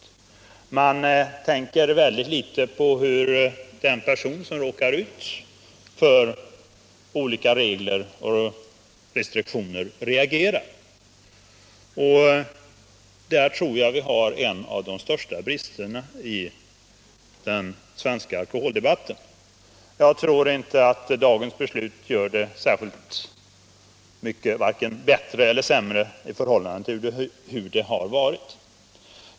Man tänker mycket litet på hur den person som berörs av olika regler och restriktioner reagerar. Jag tror att vi där har en av de största bristerna i den svenska alkoholdebatten. Dagens beslut kommer inte heller att särskilt mycket vare sig förbättra eller försämra läget i detta avseende.